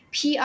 PR